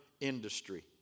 industry